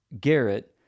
Garrett